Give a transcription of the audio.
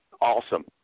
awesome